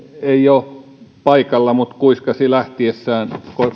ei ole paikalla mutta kuiskasi lähtiessään